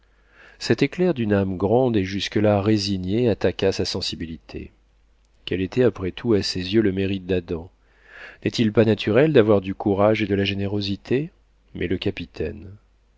cet éclair d'une âme grande et jusque-là résignée attaqua sa sensibilité quel était après tout à ses yeux le mérite d'adam n'est-il pas naturel d'avoir du courage et de la générosité mais le capitaine